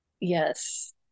Yes